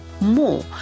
more